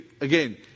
again